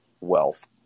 wealth